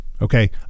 Okay